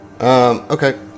Okay